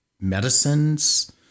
medicines